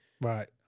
Right